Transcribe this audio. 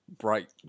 bright